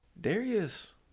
Darius